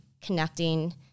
connecting